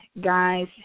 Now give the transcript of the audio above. guys